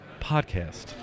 podcast